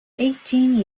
eighteen